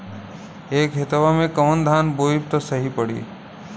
ए खेतवा मे कवन धान बोइब त सही पड़ी?